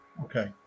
Okay